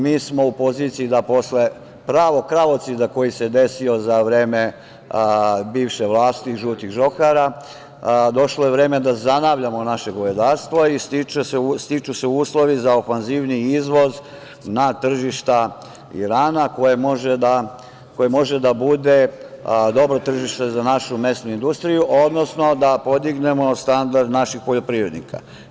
Mi smo u poziciji da posle pravog kravocida koji se desio za vreme bivše vlasti, žutih žohara, došlo je vreme da zanavljamo naše govedarstvo i stiču se uslovi za ofanzivniji izvoz na tržište Irana, koje može da bude dobro tržište za našu mesnu industriju, odnosno da podignemo standard naših poljoprivrednika.